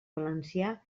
valencià